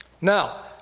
Now